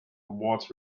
awards